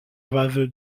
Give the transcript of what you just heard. vases